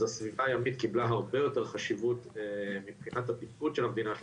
אז הסביבה הימית קיבלה הרבה יותר חשיבות מבחינת הפיתוח של המדינה שלנו.